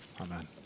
amen